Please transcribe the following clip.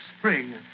spring